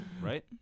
Right